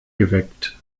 geweckt